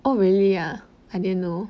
oh really ah I didn't know